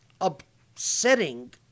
upsetting